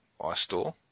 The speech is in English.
iStore